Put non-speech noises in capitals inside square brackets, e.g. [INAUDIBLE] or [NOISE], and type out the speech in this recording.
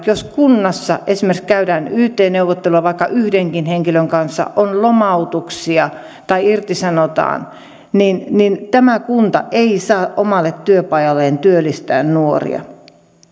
[UNINTELLIGIBLE] jos kunnassa esimerkiksi käydään yt neuvotteluja vaikka yhdenkin henkilön kanssa on lomautuksia tai irtisanotaan niin niin tämä kunta ei saa omalle työpajalleen työllistää nuoria